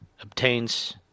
obtains